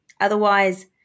Otherwise